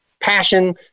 passion